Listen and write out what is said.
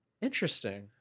Interesting